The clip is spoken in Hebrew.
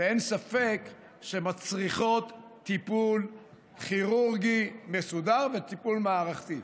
שאין ספק שהן מצריכות טיפול כירורגי מסודר וטיפול מערכתי.